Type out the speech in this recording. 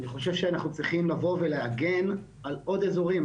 אני חושב שאנחנו צריכים לבוא ולהגן על עוד ישראל,